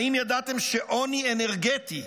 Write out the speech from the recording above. האם ידעתם שעוני אנרגטי,